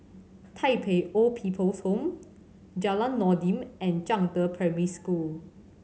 Tai Pei Old People's Home Jalan Noordin and Zhangde Primary School